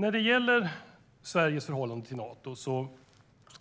När det gäller Sveriges förhållande till Nato ska